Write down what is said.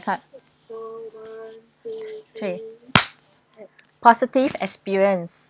part three positive experience